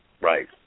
Right